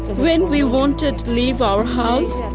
when we wanted leave our house,